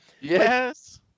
Yes